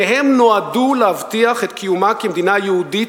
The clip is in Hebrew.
שניהם נועדו להבטיח את קיומה כמדינה יהודית,